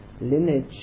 lineage